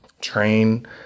train